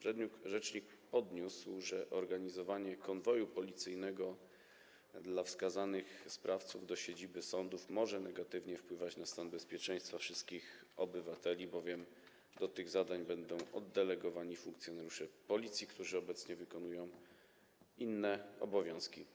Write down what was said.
Rzecznik podniósł, że organizowanie konwoju policyjnego dla wskazanych sprawców do siedziby sądów może negatywnie wpływać na stan bezpieczeństwa wszystkich obywateli, bowiem do tych zadań będą oddelegowani funkcjonariusze Policji, którzy obecnie wykonują inne obowiązki.